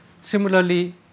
Similarly